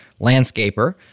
landscaper